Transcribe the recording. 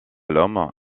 l’homme